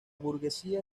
burguesía